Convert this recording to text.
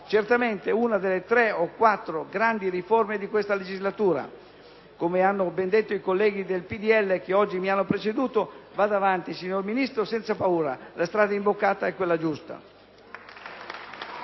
certamente una delle tre o quattro grandi riforme di questa legislatura. Come hanno ben detto i colleghi del PdL che oggi mi hanno preceduto, vada avanti signora Ministro, senza paura. La strada imboccata è quella giusta!